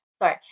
Sorry